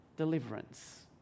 deliverance